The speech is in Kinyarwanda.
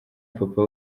papa